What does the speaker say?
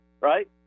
Right